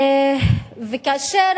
וכאשר